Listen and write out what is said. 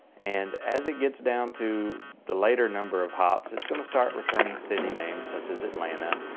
and as it gets down to the later number of hops, it's going to start returning city names such as atlanta,